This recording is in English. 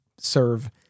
serve